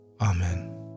Amen